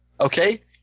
Okay